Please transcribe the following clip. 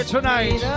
Tonight